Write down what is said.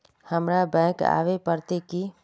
हमरा बैंक आवे पड़ते की?